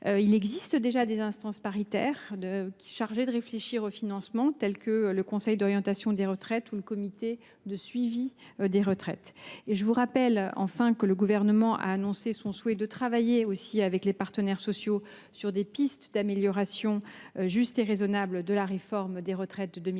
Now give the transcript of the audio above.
il existe déjà des instances paritaires chargées de réfléchir à ce sujet comme le Conseil d’orientation des retraites ou le Comité de suivi des retraites (CSR). Je vous rappelle enfin que le Gouvernement a fait part de son souhait de travailler avec les partenaires sociaux sur des pistes d’amélioration justes et raisonnables de la réforme des retraites de 2023